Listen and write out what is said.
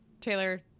Taylor